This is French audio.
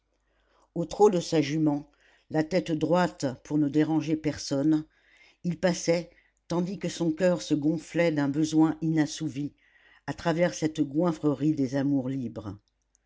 au trot de sa jument la tête droite pour ne déranger personne il passait tandis que son coeur se gonflait d'un besoin inassouvi à travers cette goinfrerie des amours libres